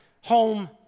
home